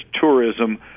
tourism